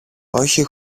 όχι